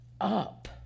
up